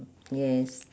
yes